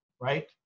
right